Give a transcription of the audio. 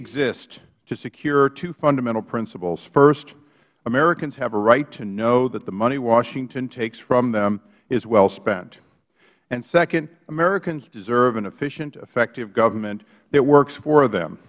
exist to secure two fundamental principles first americans have a right to know that the money washington takes from them is well spent and second americans deserve an efficient effective government that works for them